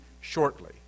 shortly